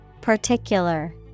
Particular